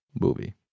movie